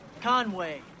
Conway